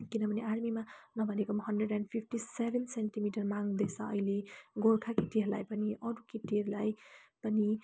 किनभने आर्मीमा नभनेको पनि hundred and fifty seven centimetre माग्दैछ अहिले गोर्खा केटीहरूलाई पनि अरू केटीहरूलाई पनि